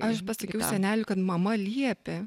aš pasakiau seneliui kad mama liepė